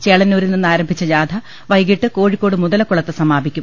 ചേളന്നൂ രിൽ നിന്ന് ആരംഭിച്ച ജാഥ വൈകീട്ട് കോഴിക്കോട് മുതലക്കു ളത്ത് സമാപിക്കും